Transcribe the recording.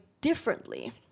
differently